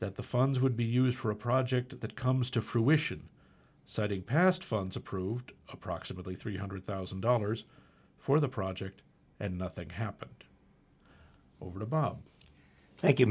that the funds would be used for a project that comes to fruition citing past funds approved approximately three hundred thousand dollars for the project and nothing happened over the bob thank you